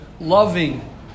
loving